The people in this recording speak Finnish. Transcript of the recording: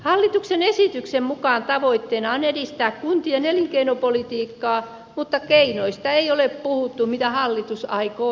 hallituksen esityksen mukaan tavoitteena on edistää kuntien elinkeinopolitiikkaa mutta keinoista ei ole puhuttu mitä hallitus aikoo tehdä